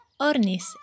ornis